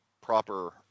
proper